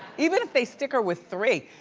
even if they stick her with three,